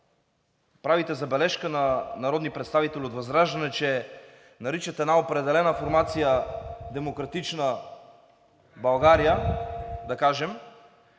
правите забележка на народни представители от ВЪЗРАЖДАНЕ, че наричат една определена формация „Демократична България“, да кажем,